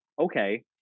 okay